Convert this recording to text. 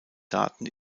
daten